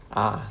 uh